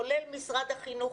כולל משרד החינוך,